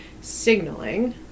signaling